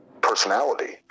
personality